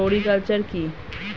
Floriculture কি?